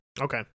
Okay